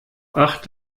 acht